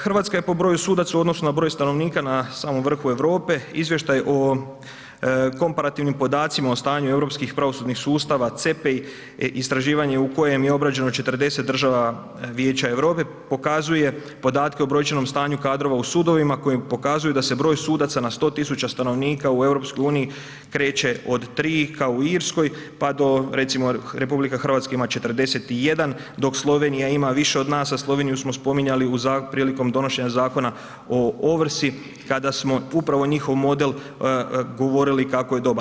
Hrvatska po broju sudaca u odnosu na broj stanovnika na samom vrhu Europe, izvještaj o komparativnim podacima o stanju europskih pravosudnih sustava CePI, istraživanje u kojem je obrađeno 40 država Vijeća Europe pokazuje podatke o brojčanom stanju kadrova u sudovima kojim pokazuju da se broj sudaca na 100 tisuća stanovnika u EU kreće od 3 kao u Irskoj pa do recimo RH ima 41, dok Slovenija ima više od nas a Sloveniju smo spominjali prilikom donošenja Zakona o ovrsi kada smo upravo njihov model govorili kako je dobar.